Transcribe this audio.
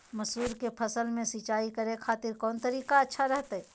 मसूर के फसल में सिंचाई करे खातिर कौन तरीका अच्छा रहतय?